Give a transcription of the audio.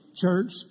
church